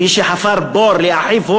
מי שחפר בור לאחיו,